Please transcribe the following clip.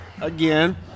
again